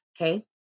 okay